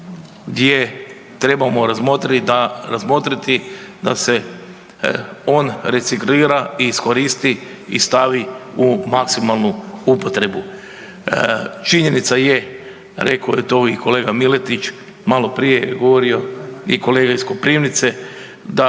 gdje trebamo razmotriti da se on reciklira i iskoristi i stavi u maksimalnu upotrebu. Činjenica je, rekao je to i kolege Miletić maloprije je govorio i kolega iz Koprivnice da